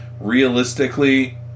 Realistically